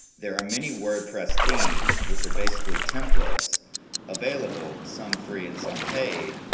there are many wordpress themes which are basically templates available, some free and some paid,